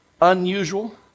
unusual